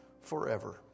forever